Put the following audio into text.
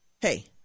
Hey